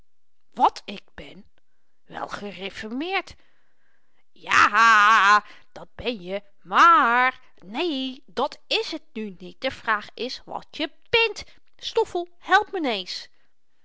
wàt ik ben wel griffermeerd j a a a dat ben je wel m a a r né dàt is t nu niet de vraag is wat je bént stoffel